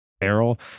barrel